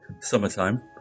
summertime